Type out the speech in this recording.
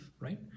right